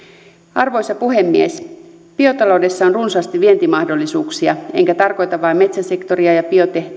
arvoisa puhemies biotaloudessa on runsaasti vientimahdollisuuksia enkä tarkoita vain metsäsektoria ja